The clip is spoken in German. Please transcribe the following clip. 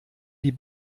die